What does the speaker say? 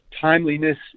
timeliness